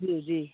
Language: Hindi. जी जी